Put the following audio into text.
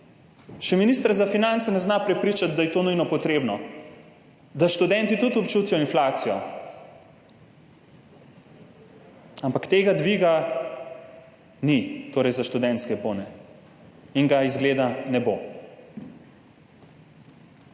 Še ministra za finance ne zna prepričati, da je to nujno potrebno, da študenti tudi občutijo inflacijo. Ampak tega dviga za študentske bone ni in izgleda, da